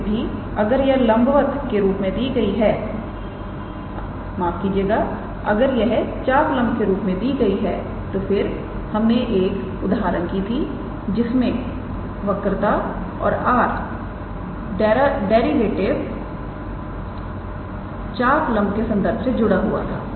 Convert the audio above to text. फिर भी अगर यह चापलंब के रूप में दी गई है तो फिर हमने एक उदाहरण की थी जिसमें वक्रता और r का डेरिवेटिव चापलंब के संदर्भ से जुड़ा हुआ था